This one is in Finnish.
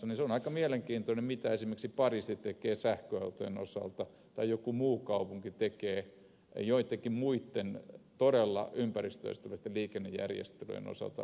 se on aika mielenkiintoista mitä esimerkiksi pariisi tekee sähköautojen osalta tai joku muu kaupunki tekee joittenkin muitten todella ympäristöystävällisten liikennejärjestelyjen osalta